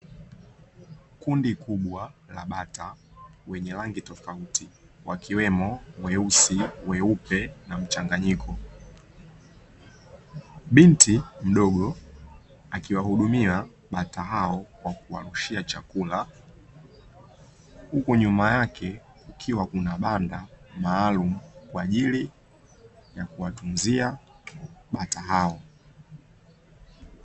Kundi kubwa la bata wenye rangi tofauti wakiwemo weusi, weupe na mchanganyiko. Binti mdogo akiwahudumia bata hao kwa kuwarushia chakula, huku nyuma yake kukiwa kuna banda maalumu kwa ajili ya kuwatunzia bata hawa.